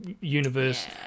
universe